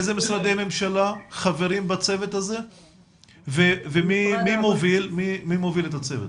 איזה משרדי ממשלה חברים בצוות הזה ומי מוביל את הצוות?